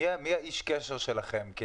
מי האיש קשר שלכם?